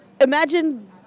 imagine